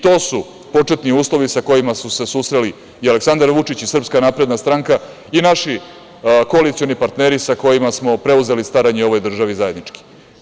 To su početni uslovi sa kojima su se susreli i Aleksandar Vučić i SNS i naši koalicioni partneri sa kojima smo preuzeli staranje o ovoj državi zajednički.